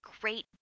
great